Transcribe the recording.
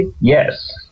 Yes